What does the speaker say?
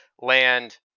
land